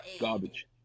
Garbage